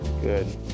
Good